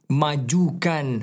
majukan